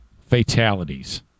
fatalities